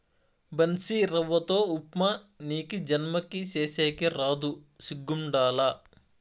బన్సీరవ్వతో ఉప్మా నీకీ జన్మకి సేసేకి రాదు సిగ్గుండాల